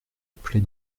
appeler